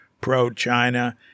pro-China